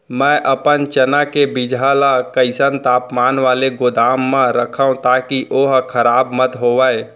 मैं अपन चना के बीजहा ल कइसन तापमान वाले गोदाम म रखव ताकि ओहा खराब मत होवय?